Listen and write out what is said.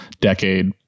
decade